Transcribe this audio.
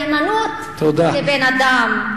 הנאמנות היא לבן-אדם.